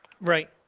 Right